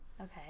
Okay